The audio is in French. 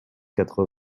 quatre